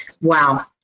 Wow